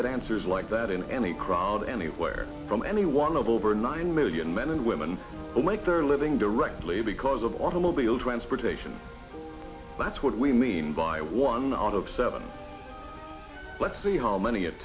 get answers like that in any crowd anywhere from any one of over nine million men and women who make their living directly because of automobile transportation that's what we mean by one out of seven let's see how many it